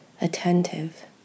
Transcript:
attentive